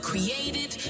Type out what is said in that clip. created